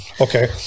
Okay